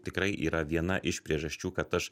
tikrai yra viena iš priežasčių kad aš